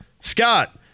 Scott